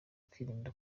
kwirinda